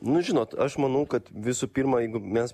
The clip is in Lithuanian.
nu žinot aš manau kad visų pirma jeigu mes